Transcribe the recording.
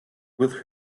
with